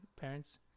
parents